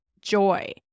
joy